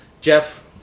Jeff